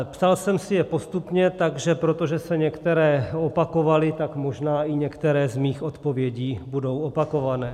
Psal jsem si je postupně, a protože se některé opakovaly, tak možná i některé z mých odpovědí budou opakované.